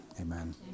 amen